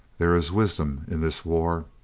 there is wisdom in this war.